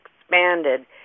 expanded